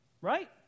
right